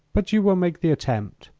but you will make the attempt,